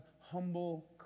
humble